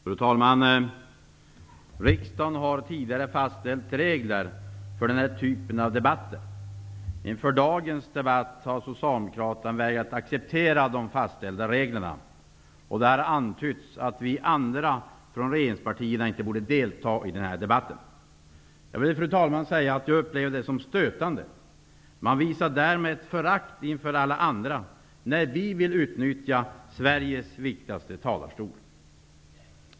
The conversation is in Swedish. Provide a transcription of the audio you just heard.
Fru talman! Riksdagen har tidigare fastställt regler för den här typen av debatter. Inför dagens debatt har socialdemokraterna vägrat att acceptera de fastställda reglerna och det har antytts att vi andra från regeringspartierna inte borde delta i debatten. Jag vill, fru talman, säga att jag upplever det som stötande. Man visar därmed förakt för alla oss andra, när vi vill utnyttja Sveriges viktigaste talarstol.